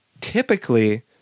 typically